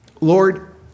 Lord